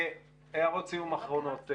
הערות סיום אחרונות.